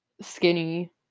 skinny